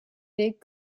des